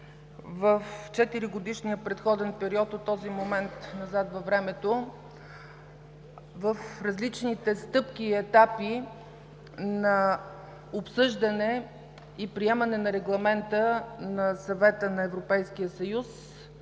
в 4-годишния предходен период от този момент назад във времето в различните стъпки и етапи на обсъждане и приемане на Регламента на Съвета на Европейския съюз,